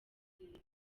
icyizere